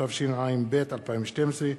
התשע"ב 2012,